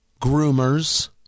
groomers